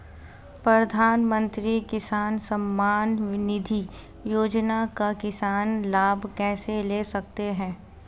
प्रधानमंत्री किसान सम्मान निधि योजना का किसान लाभ कैसे ले सकते हैं?